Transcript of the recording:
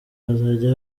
hazajya